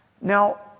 Now